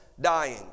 dying